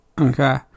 Okay